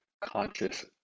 conscious